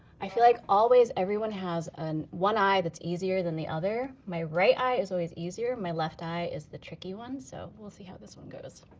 i feel like always everyone has one eye that's easier than the other. my right eye is always easier, my left eye is the tricky one. so we'll see how this one goes.